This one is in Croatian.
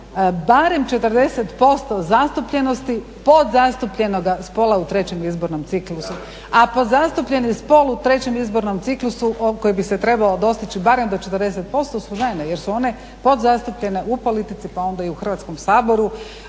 barem 40% zastupljenosti podzastupljenoga spola u trećem izbornom ciklusu. A pod zastupljeni spol u trećem izbornom ciklusu koji bi se trebao dostići barem do 40% su žene jer su one podzastupljene u politici pa onda i u Hrvatskom saboru,